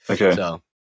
Okay